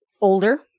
older